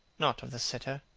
not of the sitter.